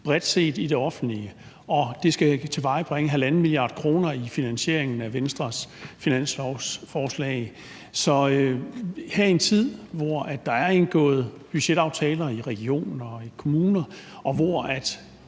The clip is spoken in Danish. bredt set i det offentlige, og at det skal tilvejebringe 1,5 mia. kr. i finansieringen af Venstres finanslovsforslag. Her i en tid, hvor der er indgået budgetaftaler i regioner og i kommuner, og hvor